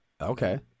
okay